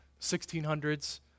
1600s